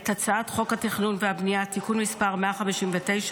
את הצעת חוק התכנון והבנייה (תיקון מס׳ 159),